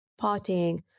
partying